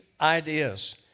ideas